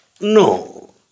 No